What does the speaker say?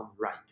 right